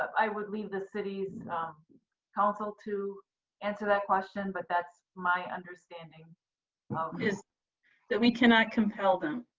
i would leave the city's council to answer that question, but that's my understanding is that we cannot compel them.